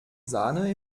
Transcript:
sahne